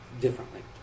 differently